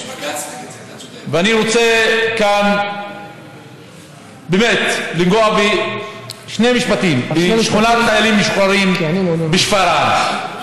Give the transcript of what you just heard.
אני רוצה כאן לנגוע בשני משפטים בשכונת חיילים משוחררים בשפרעם.